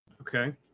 Okay